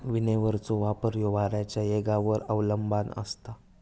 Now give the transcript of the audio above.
विनोव्हरचो वापर ह्यो वाऱ्याच्या येगावर अवलंबान असता